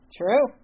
true